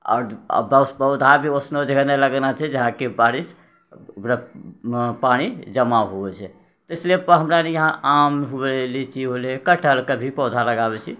आओर बस पौधा भी औसने जगह लगेनाइ छै जहाँ कि बारिश पानी जमा होइ छै इसलिए हमरा इहाँ आम हुए लीची होले कठहल के भी पौधा लगाबै छी